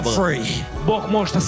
free